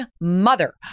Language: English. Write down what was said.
mother